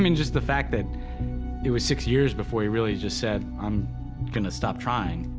i mean just the fact that it was six years before he really just said, i'm going to stop trying.